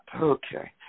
Okay